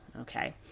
okay